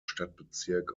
stadtbezirk